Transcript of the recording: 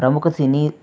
ప్రముఖ సినీ